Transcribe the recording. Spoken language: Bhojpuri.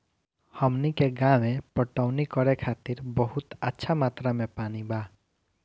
हमनी के गांवे पटवनी करे खातिर बहुत अच्छा मात्रा में पानी बा